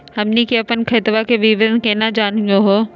हमनी के अपन खतवा के विवरण केना जानहु हो?